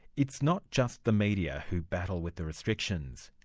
it's not just the media who battle with the restrictions.